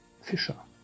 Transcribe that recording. Fischer